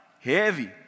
Heavy